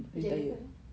jadi apa